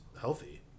healthy